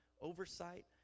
oversight